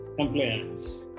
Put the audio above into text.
compliance